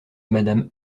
madame